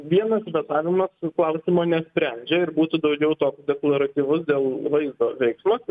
vienas vetavimas klausimo nesprendžia ir būtų daugiau toks deklaratyvus dėl vaizdo veiksmas